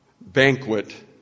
banquet